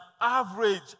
average